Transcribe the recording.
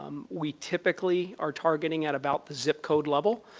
um we typically are targeting at about zip code level,